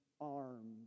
arms